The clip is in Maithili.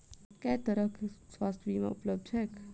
केँ तरहक स्वास्थ्य बीमा उपलब्ध छैक?